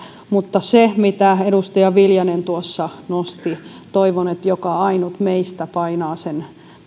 mutta mitä tulee siihen mitä edustaja viljanen tuossa nosti toivon että joka ainut meistä painaa sen